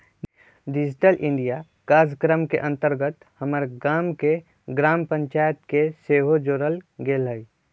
digital India काजक्रम के अंतर्गत हमर गाम के ग्राम पञ्चाइत के सेहो जोड़ल गेल हइ